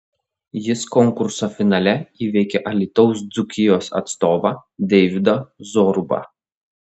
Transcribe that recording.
jis konkurso finale įveikė alytaus dzūkijos atstovą deividą zorubą